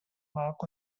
mark